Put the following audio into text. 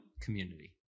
community